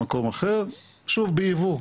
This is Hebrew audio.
בייבוא,